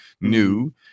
new